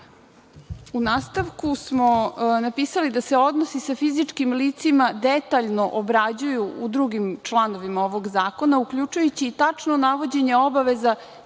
nastavku smo napisali da se odnosi sa fizičkim licima detaljno obrađuju u drugim članovima ovog zakona, uključujući i tačno navođenje obaveza